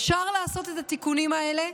אפשר לעשות את התיקונים האלה,